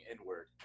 inward